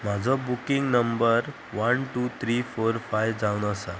म्हाजो booking number one two three four five जावन आसा